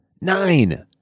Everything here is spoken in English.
Nine